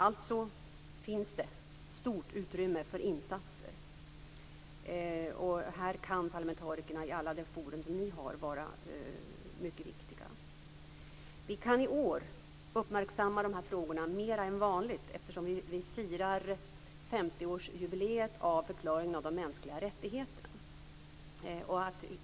Alltså finns det stort utrymme för insatser. Här kan parlamentarikerna, i alla de forum som ni har, vara mycket viktiga. Vi kan i år uppmärksamma de här frågorna mer än vanligt, eftersom vi firar 50-årsjubileet av förklaringen av de mänskliga rättigheterna.